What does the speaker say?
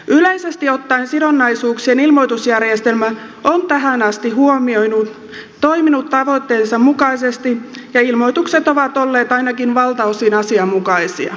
yleisesti ottaen sidonnaisuuksien ilmoitusjärjestelmä on tähän asti toiminut tavoitteittensa mukaisesti ja ilmoitukset ovat olleet ainakin valtaosin asianmukaisia